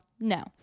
no